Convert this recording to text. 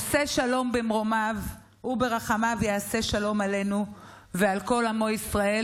עושה שלום במרומיו הוא ברחמיו יעשה שלום עלינו ועל כל עמו ישראל,